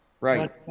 right